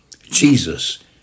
Jesus